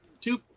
two